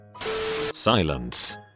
Silence